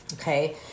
Okay